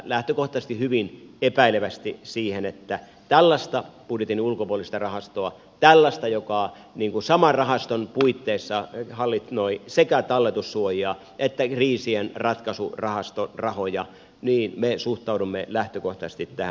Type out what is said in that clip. lähtökohtaisesti suhtaudumme hyvin epäilevästi siihen että perustettaisiin tällainen budjetin ulkopuolinen rahasto tällainen joka saman rahaston puitteissa hallinnoi sekä talletussuojia että kriisinratkaisurahaston rahoja niin me suhtaudumme lähtökohta se pitää